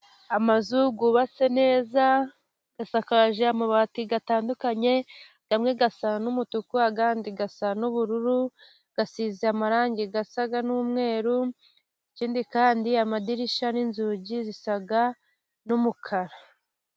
Amazu yubatse neza asakaje amabati atandukanye, amwe asa n'umutuku andi asa n'ubururu. Asize amarangi asa n'umweru, ikindi kandi amadirishya n'inzugi bisa n'umukara.